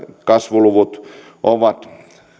kasvuluvut ovat